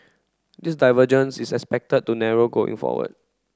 this divergence is expected to narrow going forward